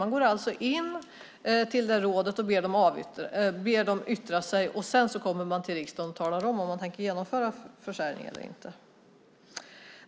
Man går alltså till rådet och ber dem yttra sig och kommer sedan till riksdagen och talar om ifall man tänker genomföra försäljningen eller inte.